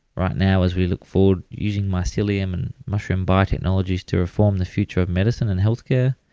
right now, as we look forward using mycelium and mushroom bio technologies to reform the future of medicine and health care,